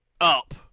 Up